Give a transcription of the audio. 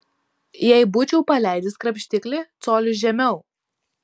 jei būčiau paleidęs krapštiklį coliu žemiau